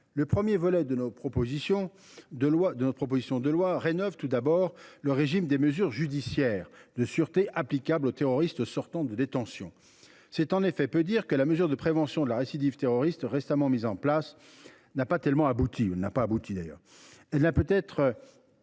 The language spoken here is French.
Le premier volet de notre proposition de loi rénove le régime des mesures judiciaires de sûreté applicables aux terroristes sortant de détention. C’est en effet peu dire que la mesure de prévention de la récidive terroriste récemment mise en place n’a pas abouti : elle n’a pu être